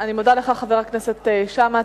אני מודה לך, חבר הכנסת שאמה.